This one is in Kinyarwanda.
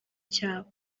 cyabo